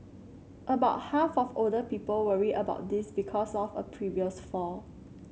about half of older people worry about this because of a previous fall